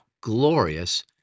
glorious